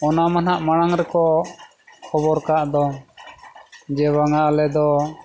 ᱚᱱᱟᱢᱟ ᱱᱟᱜ ᱢᱟᱲᱟᱝ ᱨᱮᱠᱚ ᱠᱷᱚᱵᱚᱨ ᱠᱟᱜ ᱫᱚ ᱡᱮ ᱵᱟᱝᱟ ᱟᱞᱮ ᱫᱚ